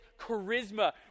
charisma